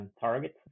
targets